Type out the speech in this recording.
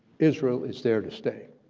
israel is there to stay.